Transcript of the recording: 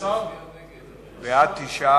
התש"ע